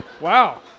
Wow